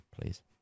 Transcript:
please